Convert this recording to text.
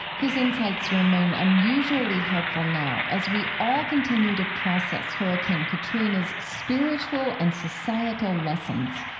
his insights remain unusually helpful now as we all continue to process hurricane katrina's spiritual and societal lessons